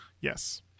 Yes